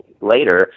later